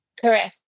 Correct